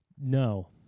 No